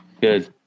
Good